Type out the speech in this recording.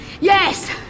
yes